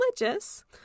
religious